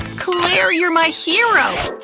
claire, you're my hero!